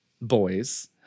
boys